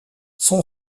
son